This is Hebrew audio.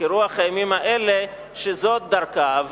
כרוח הימים האלה שזאת דרכה,